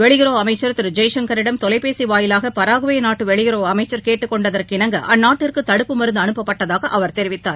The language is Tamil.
வெளியுறவு அமைச்சர் திரு ஜெய்சங்கரிடம் தொலைபேசி வாயிலாக பராகுவே நாட்டு வெளியுறவு அமைச்சர் கேட்டுக்கொண்டதற்கிணங்க அந்நாட்டிற்கு தடுப்பு மருந்து அனுப்பப்பட்டதாக அவர் தெரிவித்தார்